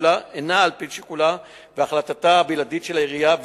שיקולה והחלטתה הבלעדית של העירייה,